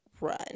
run